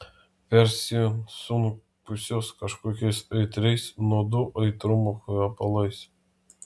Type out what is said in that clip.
persisunkusios kažkokiais aitriais nuodų aitrumo kvepalais